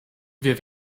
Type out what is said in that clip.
wir